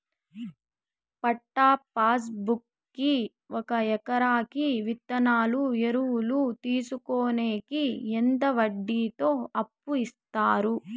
పట్టా passbook కి ఒక ఎకరాకి విత్తనాలు, ఎరువులు తీసుకొనేకి ఎంత వడ్డీతో అప్పు ఇస్తారు?